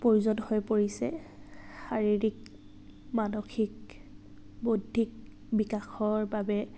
প্ৰয়োজন হৈ পৰিছে শাৰীৰিক মানসিক বৌদ্ধিক বিকাশৰ বাবে